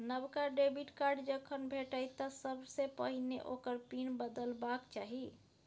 नबका debit card जखन भेटय तँ सबसे पहिने ओकर पिन बदलबाक चाही